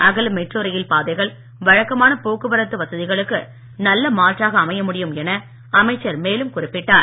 அகல மெட்ரோ ரயில்பாதைகள் வழக்கமான போக்குவரத்து வசதிகளுக்கு நல்ல மாற்றாக அமைய முடியும் என அமைச்சர் மேலும் குறிப்பிட்டார்